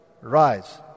Rise